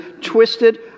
twisted